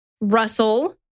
Russell